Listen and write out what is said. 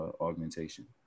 augmentation